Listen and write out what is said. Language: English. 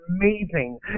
amazing